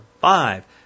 five